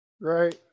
Right